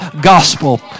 gospel